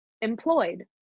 employed